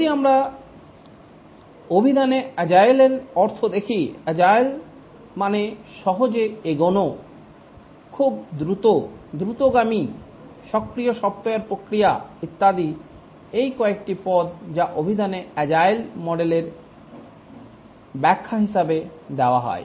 যদি আমরা অভিধানে আজেইল এর অর্থ দেখি আজেইল মানে সহজে এগোনো খুব দ্রুত দ্রুতগামী সক্রিয় সফটওয়্যার প্রক্রিয়া ইত্যাদি এই কয়েকটি পদ যা অভিধানে আজেইল মডেলের ব্যাখ্যা হিসাবে দেওয়া হয়েছে